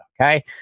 Okay